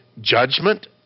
judgment